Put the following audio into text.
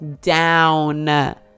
down